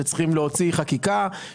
שצריכים להוציא חקיקה,